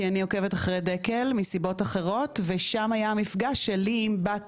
כי אני עוקבת אחרי דקל מסיבות אחרות ושם היה המפגש שלי עם בת